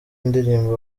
indirimbo